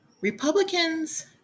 Republicans